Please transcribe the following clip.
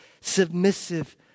submissive